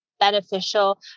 beneficial